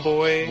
Boy